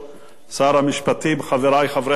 שר המשפטים, חברי חברי הכנסת,